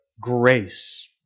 grace